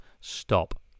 stop